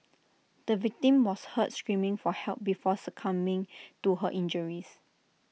the victim was heard screaming for help before succumbing to her injuries